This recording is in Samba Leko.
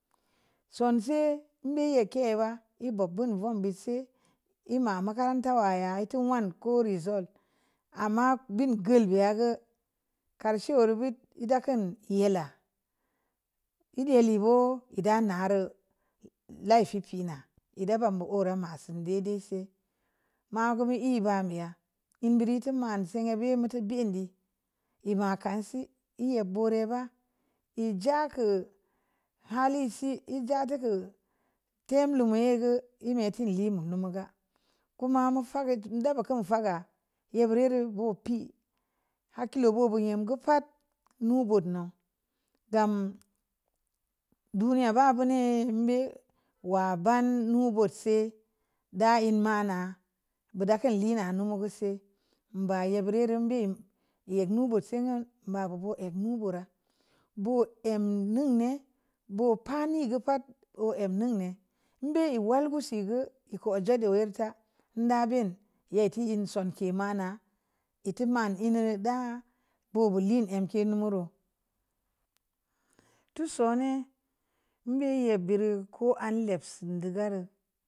Sonse’ be'a ke'a ba e’ bob bu vun be’ si e’ ma makaranta waya'atun one ko result ama bin gəl bi'a gə kar she’ wuro bu e’ da kən ye'la e’ de’ li bo'o e’ da nareu lafi pii na e'da ban bu o'ra ma si ndeidei si ma gə mu e’ ba mi'a in diri tu man sigə bi mu tu gii əndi e'e’ ma kan si e'e’ ye’ bo'ore’ ba e'ja kə hali si e’ ja tuku'u tem leumyah gə e’ me’ ti leum'u mu ga koma mu fangə da ga fou'n baga yeb bireu rə o’ pi halkileu boobo nyem gə pa'at mu bud no gam duniya ba bu nii mbe’ wa ban nu gə si da en mana'a buda gan lina num go'o’ se’ ba yar bire’ rə bim ye'k nu bo'o’ sengə ba boo o bu nneŋ bura bo əm non ne’ bo'o’ pani gə pa'at o’ am nneŋ ne’ anbe’ walga’ si gə e’ ko’ jedde’ wur ta da be'n yetti e'n son ke’ mana ittu man lnu da'a’ boo bu leu əm kɛm munu reu too sone’ mbɛ yeb bireu ko a'a’ le'p sindu gə reu.